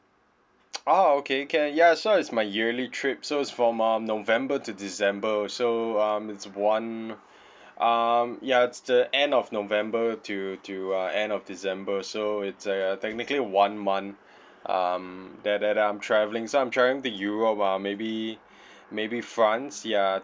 ah okay can ya so is my yearly trip so it's from um november to december so um it's one um ya it's the end of november till till uh end of december so it's like a technically one month um that that I'm travelling so I'm travelling to europe uh maybe maybe france ya